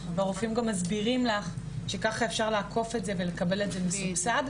והרופאים גם מסבירים לך שככה אפשר לעקוף את זה ולקבל את זה מסובסד.